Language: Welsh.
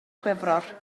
chwefror